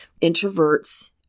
Introverts